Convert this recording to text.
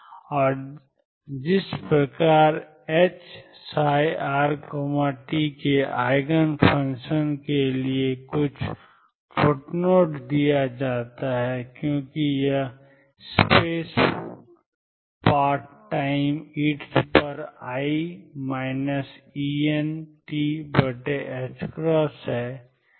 और जिस प्रकार Hψrtके Eigen फंक्शन के लिए फुट नोट दिया जाता है क्योंकि यह space part time e iEnt है